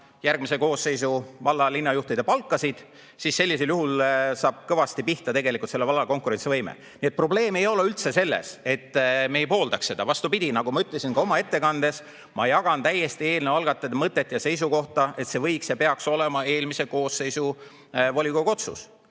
järgmise koosseisu valla- ja linnajuhtide palkasid – sellisel juhul saab tegelikult valla konkurentsivõime kõvasti pihta. Nii et probleem ei ole üldse selles, et me ei pooldaks seda. Vastupidi, nagu ma ütlesin ka oma ettekandes, ma jagan täiesti eelnõu algatajate mõtet ja seisukohta, et see võiks [olla] ja peaks olema eelmise koosseisu volikogu otsus.